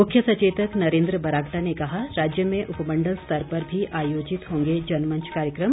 मुख्य सचेतक नरेन्द्र बरागटा ने कहा राज्य में उपमंडल स्तर पर भी आयोजित होंगे जनमंच कार्यक्रम